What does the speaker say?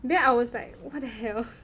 then I was like what the hell